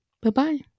bye-bye